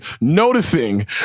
noticing